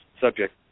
subject